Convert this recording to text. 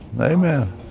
Amen